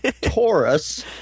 Taurus